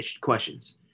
questions